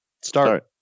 Start